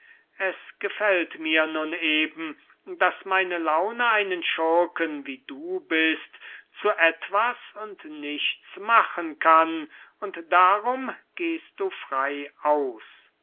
es gefällt mir nun eben daß meine laune einen schurken wie du bist zu etwas und nichts machen kann und darum gehst du frei aus